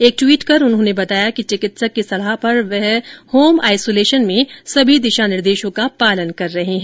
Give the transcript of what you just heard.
एक ट्वीट कर उन्होंने बताया कि चिकित्सक की सलाह पर वह होम आइसोलेशन में सभी दिशा निर्देशो का पालन कर रहे हैं